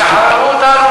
שישחררו אותנו,